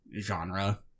genre